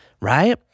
right